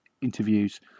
interviews